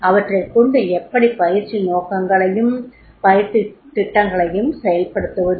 அவற்றைக் கொண்டு எப்படி பயிற்சி நோக்கங்களையும் பயிற்சித் திட்டங்களையும் செயல்படுத்துவது